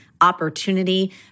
opportunity